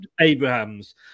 Abrahams